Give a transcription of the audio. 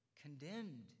condemned